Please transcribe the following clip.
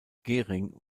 gering